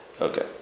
Okay